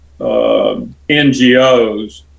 NGOs